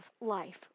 life